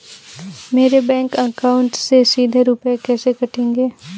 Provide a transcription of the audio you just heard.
मेरे bank account से सीधे रुपए कैसे कटेंगे?